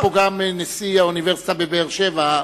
נמצא פה גם נשיא האוניברסיטה בבאר-שבע.